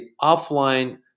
offline